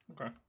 Okay